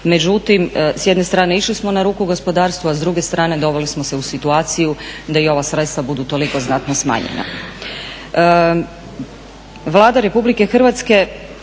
međutim s jedne strane išli smo na ruku gospodarstvu, a s druge strane doveli smo se u situaciju da i ova sredstva budu toliko znatno smanjena.